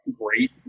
great